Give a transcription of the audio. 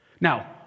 Now